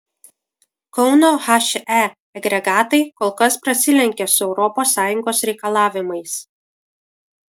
kauno he agregatai kol kas prasilenkia su europos sąjungos reikalavimais